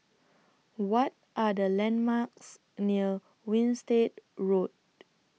What Are The landmarks near Winstedt Road